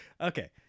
Okay